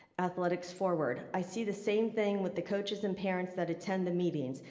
athletics forward. i see the same thing with the coaches and parents that attend the meetings.